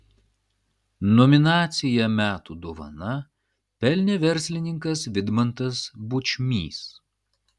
nominaciją metų dovana pelnė verslininkas vidmantas bučmys